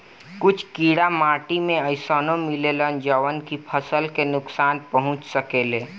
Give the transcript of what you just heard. कुछ कीड़ा माटी में अइसनो मिलेलन जवन की फसल के नुकसान पहुँचा सकेले